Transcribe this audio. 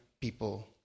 people